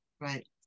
Right